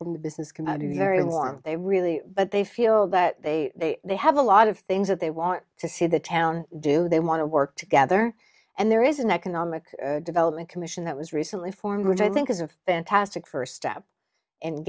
in the business community very warm they really but they feel that they they have a lot of things that they want to see the town do they want to work together and there is an economic development commission that was recently formed which i think is a fantastic first